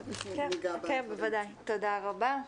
כן, בוודאי, תודה רבה.